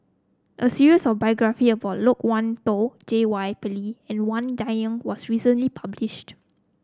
a series of biography about Loke Wan Tho J Y Pillay and Wang Dayuan was recently published